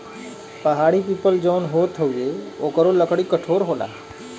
पहाड़ी पीपल जौन होत हउवे ओकरो लकड़ी कठोर होला